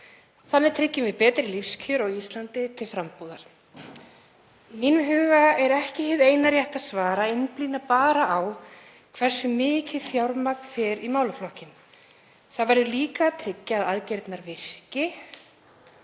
Þannig tryggjum við betri lífskjör á Íslandi til frambúðar. Í mínum huga er ekki hið eina rétta svar að einblína bara á hversu mikið fjármagn fer í málaflokkinn. Það verður líka að tryggja að aðgerðirnar virki